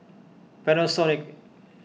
Panasonic